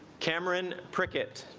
cameron prickett